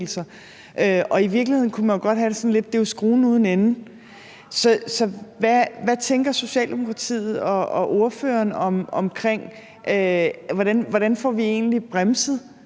i virkeligheden kunne man jo godt have det lidt sådan, at det er skruen uden ende. Så hvad tænker Socialdemokratiet og ordføreren om, hvordan vi egentlig